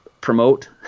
promote